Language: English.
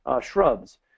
shrubs